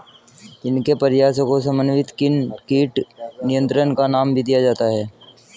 इनके प्रयासों को समन्वित कीट नियंत्रण का नाम भी दिया जाता है